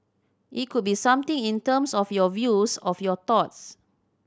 it could be something in terms of your views of your thoughts